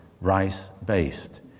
rice-based